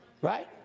Right